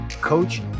coach